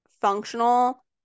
functional